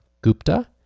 Gupta